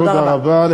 תודה רבה.